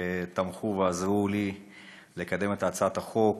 שתמכו בי ועזרו לי לקדם את הצעת החוק,